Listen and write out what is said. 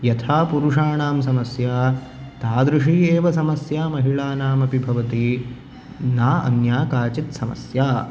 यथा पुरुषाणां समस्या तादृशी एव समस्या महिळानाम् अपि भवति न अन्या काचित् समस्या